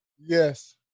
Yes